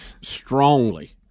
strongly